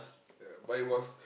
yeah but it was